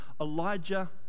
Elijah